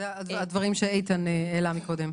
אלה הדברים שאיתן העלה קודם.